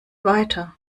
weiter